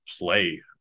play